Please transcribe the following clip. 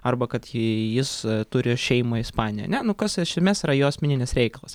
arba kad jis turi šeimą ispanijoj ane nu kas iš esmės yra jo asmeninis reikalas